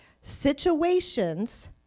situations